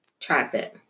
tricep